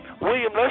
William